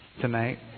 tonight